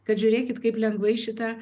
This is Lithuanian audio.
kad žiūrėkit kaip lengvai šitą